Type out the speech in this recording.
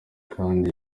kandi